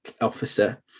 officer